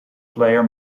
player